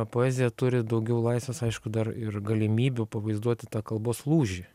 poezija turi daugiau laisvės aišku dar ir galimybių pavaizduoti tą kalbos lūžį